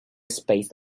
spaced